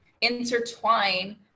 intertwine